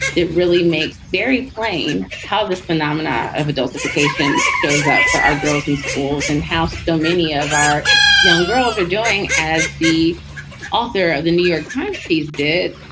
it really makes very plain how this phenomena of adults application shows up for our girls in schools and how so many of our young girls are doing. as the author of the new york times piece did.